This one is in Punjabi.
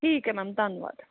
ਠੀਕ ਹੈ ਮੈਮ ਧੰਨਵਾਦ